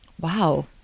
Wow